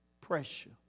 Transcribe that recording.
pressure